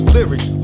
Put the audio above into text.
Lyrics